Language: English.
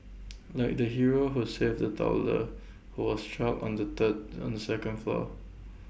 like the hero who saved A toddler who was stuck on the third on the second floor